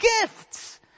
gifts